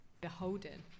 beholden